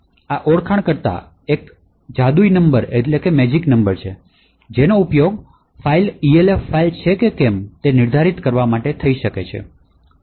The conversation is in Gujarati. આ ઓળખકર્તા એક જાદુઈ નંબર છે જેનો ઉપયોગ ફાઇલ Elf ફાઇલ છે કે કેમ તે નિર્ધારિત કરવા માટે થઈ શકે છે